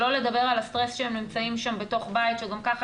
שלא לדבר על הסטרס שהם נמצאים שם בתוך בית שגם ככה